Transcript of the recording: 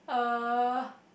uh